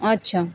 আচ্ছা